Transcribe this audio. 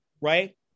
right